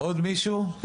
עוד מישהו?